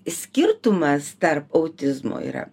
skirtumas tarp autizmo yra